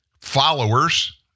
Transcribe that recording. followers